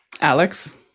Alex